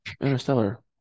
interstellar